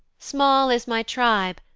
small is my tribe,